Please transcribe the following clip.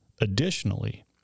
Additionally